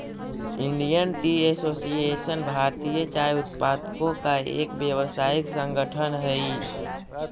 Indian tea association भारतीय चाय उत्पादकों का एक व्यावसायिक संगठन हई